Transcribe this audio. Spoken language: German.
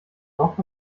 noch